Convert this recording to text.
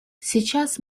сейчас